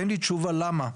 אין לי תשובה למה.